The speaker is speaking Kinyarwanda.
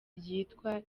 ryitwa